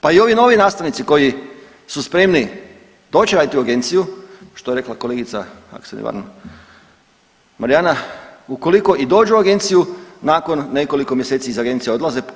Pa i ovi novi nastavnici koji su spremni doći raditi u agenciju, što je rekla kolegica ako se ne varam Marijana, ukoliko i dođu u agenciju nakon nekoliko mjeseci iz agencije odlaze.